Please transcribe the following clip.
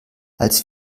als